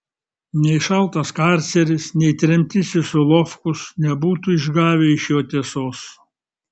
nei šaltas karceris nei tremtis į solovkus nebūtų išgavę iš jo tiesos